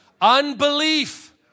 Unbelief